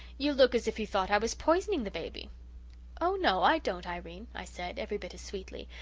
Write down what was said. you look as if you thought i was poisoning the baby oh, no, i don't, irene i said every bit as sweetly,